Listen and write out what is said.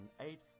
eight